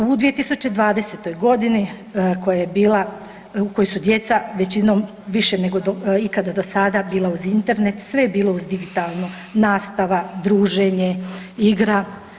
U 2020. godini koja je bila, u kojoj su djeca većinom više nego ikada do sada bila uz Internet sve je bilo uz digitalno nastava, druženje, igra.